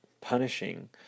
punishing